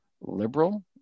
liberal